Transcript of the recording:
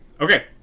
Okay